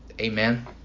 Amen